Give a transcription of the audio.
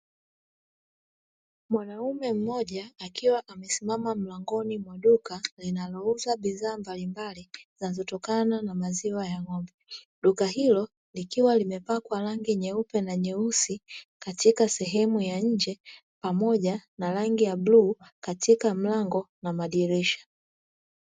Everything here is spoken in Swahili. Mwanaume mmoja akiwa amesimama mlangoni mwa duka, linalouza bidhaa mbalimbali zinazotokana na maziwa ya ng'ombe, duka hilo likiwa limepakwa rangi nyeupe na nyeusi katika sehemu ya nje, pamoja na rangi ya bluu katika milango na madirisha.